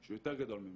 שהוא יותר גדול ממני.